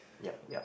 yup yup